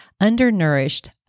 undernourished